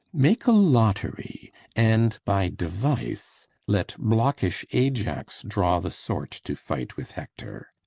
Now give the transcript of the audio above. make a lott'ry and, by device, let blockish ajax draw the sort to fight with hector.